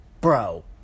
Bro